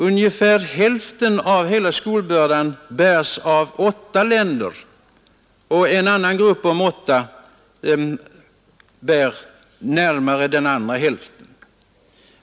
Ungefär hälften av hela skuldbördan bärs av åtta länder av de cirka hundra u-länderna, och en annan grupp om åtta länder bär inemot den andra hälften.